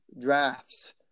drafts